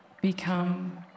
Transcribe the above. become